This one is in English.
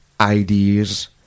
ideas